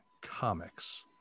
comics